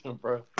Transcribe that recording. bro